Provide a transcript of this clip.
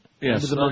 Yes